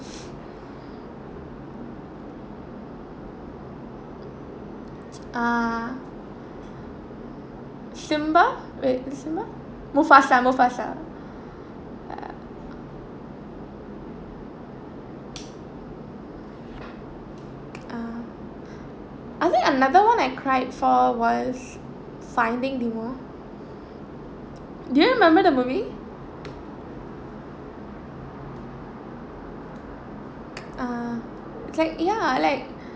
uh simba mufasa mufasa uh I think another one I cried for was finding nemo do you remember the movie uh it's like ya